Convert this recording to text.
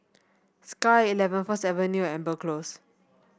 Sky at Eleven First Avenue and Amber Close